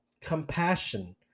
compassion